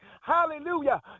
Hallelujah